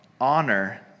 honor